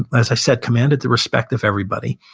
as i said, commanded the respect of everybody.